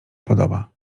podoba